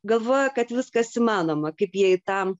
galvoja kad viskas įmanoma kaip jie į tą